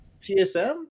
TSM